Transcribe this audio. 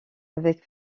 avec